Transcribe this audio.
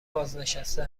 بازنشسته